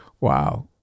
wow